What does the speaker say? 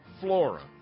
Flora